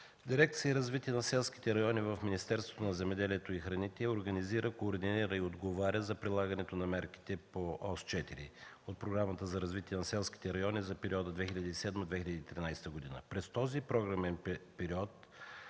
дирекция „Развитие на селските райони” в Министерството на земеделието и храните организира, координира и отговаря за прилагането на мерките по Ос 4 от Програмата за развитие на селските райони за периода 2007-2013 г. През този програмен период